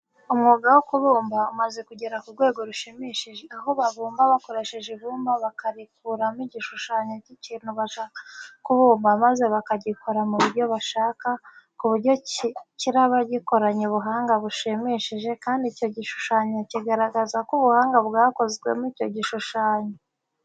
Umwuga wo kubumba umaze kugera ku rwego rushimishije, aho babumba bakoresha ibumba bakarikuramo igishushanyo cy'ikintu bashaka kubumba maze bakagikora mu buryo bashaka, ku buryo kiraba gikoranye ubuhanga bushimishije kandi icyo gishushanyo kigaragaza ko ubuhanga bwakozwemo icyo gishushanyo.